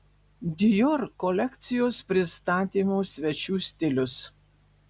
dior kolekcijos pristatymo svečių stilius